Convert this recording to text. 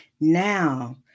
Now